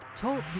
Talk